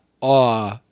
awe